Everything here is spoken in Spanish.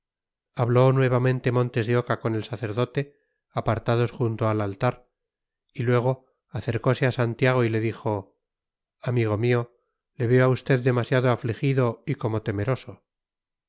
habló nuevamente montes de oca con el sacerdote apartados junto al altar y luego acercose a santiago y le dijo amigo mío le veo a usted demasiado afligido y como temeroso